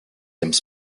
thèmes